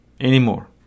anymore